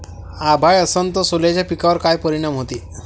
अभाळ असन तं सोल्याच्या पिकावर काय परिनाम व्हते?